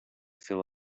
fill